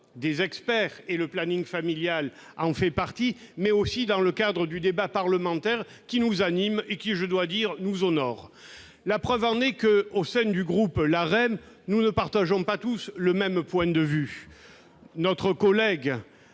des experts, dont le planning familial fait partie, mais aussi dans le cadre du débat parlementaire, qui, je dois dire, nous honore. La preuve en est que, au sein du groupe LaREM, nous ne partageons pas tous le même point de vue, comme